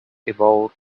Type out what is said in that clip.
about